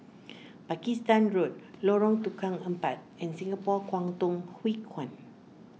Pakistan Road Lorong Tukang Empat and Singapore Kwangtung Hui Kuan